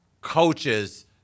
coaches